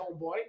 homeboy